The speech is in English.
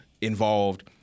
involved